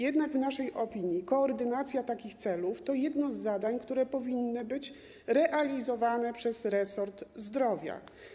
Jednak w naszej opinii koordynacja takich celów to jedno z zadań, które powinny być realizowane przez resort zdrowia.